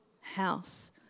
house